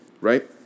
right